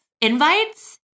invites